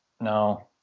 no